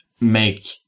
make